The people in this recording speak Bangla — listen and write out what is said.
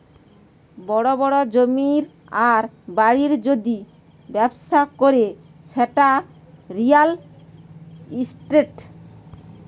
বড় বড় জমির আর বাড়ির যদি ব্যবসা করে সেটা রিয়্যাল ইস্টেট